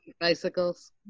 bicycles